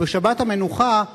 ובשבת המנוחה,